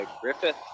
Griffith